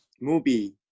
movie